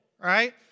right